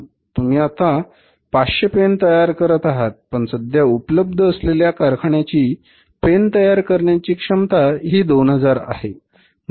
तुम्ही आता 500 पेन तयार करत आहात पण सध्या उपलब्ध असलेल्या कारखान्याची पेन तयार करण्याची क्षमता ही 2000 आहे